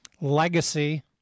legacy